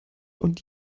und